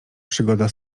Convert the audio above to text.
przygoda